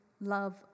love